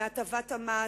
מהטבת המס,